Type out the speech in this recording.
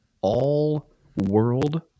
all-world